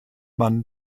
man